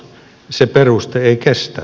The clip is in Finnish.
se peruste ei kestä